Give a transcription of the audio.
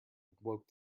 woke